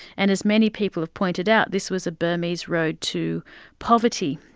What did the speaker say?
and as many people have pointed out, this was a burmese road to poverty,